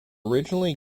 originally